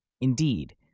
Indeed